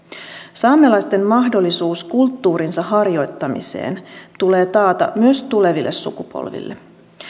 saamelaisten mahdollisuus kulttuurinsa harjoittamiseen tulee taata myös tuleville sukupolville